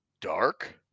dark